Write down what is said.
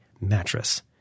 mattress